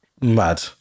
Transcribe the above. Mad